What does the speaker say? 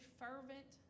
fervent